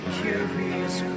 curious